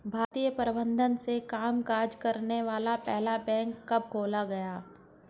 भारतीय प्रबंधन से कामकाज करने वाला पहला बैंक कब खोला गया?